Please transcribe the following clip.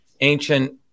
ancient